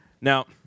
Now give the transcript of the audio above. Now